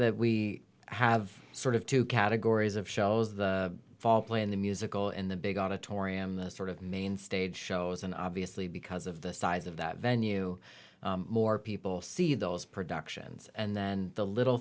that we have sort of two categories of shows the fall play in the musical in the big auditorium the sort of main stage shows and obviously because of the size of that venue more people see those productions and then the little